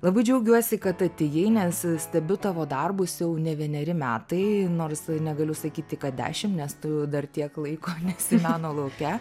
labai džiaugiuosi kad atėjai nes stebiu tavo darbus jau ne vieneri metai nors negaliu sakyti kad dešim nes tu dar tiek laiko nesi meno lauke